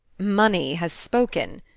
money has spoken!